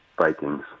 Vikings